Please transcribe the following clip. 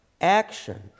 action